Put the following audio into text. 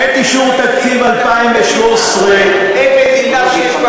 איזה מין אנלוגיה זו?